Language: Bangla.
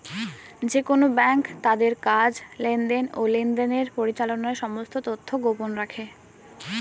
যেকোন ব্যাঙ্ক তাদের কাজ, লেনদেন, ও লেনদেনের পরিচালনার সমস্ত তথ্য গোপন রাখে